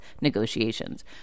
negotiations